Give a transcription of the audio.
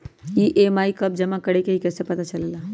EMI कव जमा करेके हई कैसे पता चलेला?